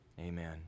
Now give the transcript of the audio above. Amen